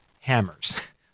hammers